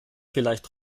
vielleicht